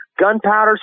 gunpowder